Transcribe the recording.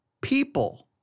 people